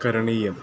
करणीयम्